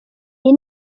iyi